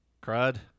Cried